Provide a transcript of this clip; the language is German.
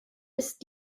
ist